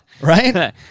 Right